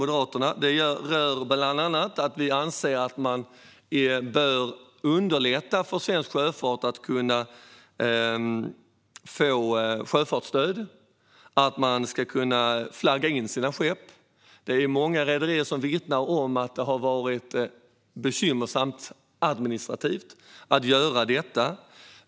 De rör bland annat underlättande för svensk sjöfart att få sjöfartsstöd och att man ska kunna flagga in sina skepp. Det är många rederier som vittnar om att det har varit administrativt bekymmersamt att göra detta.